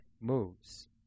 moves